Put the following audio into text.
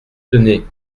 tenez